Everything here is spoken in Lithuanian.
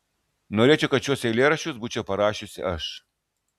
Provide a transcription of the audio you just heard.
norėčiau kad šiuos eilėraščius būčiau parašiusi aš